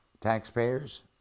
taxpayers